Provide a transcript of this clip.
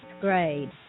grade